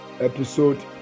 episode